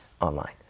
online